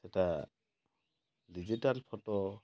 ସେଟା digital photo